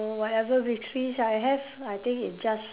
so whatever victories I have I think is just